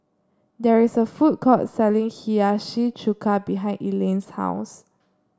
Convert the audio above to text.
there is a food court selling Hiyashi Chuka behind Elaine's house